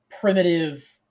primitive